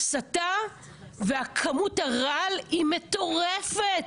ההסתה וכמות הרעל היא מטורפת.